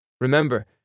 Remember